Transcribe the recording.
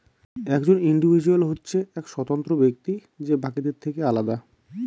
একজন ইন্ডিভিজুয়াল হচ্ছে এক স্বতন্ত্র ব্যক্তি যে বাকিদের থেকে আলাদা